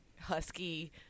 husky